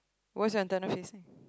where's your antenna facing